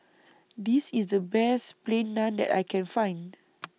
This IS The Best Plain Naan that I Can Find